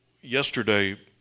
Yesterday